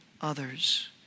others